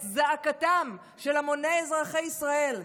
את זעקתם, של המוני אזרחי ישראל: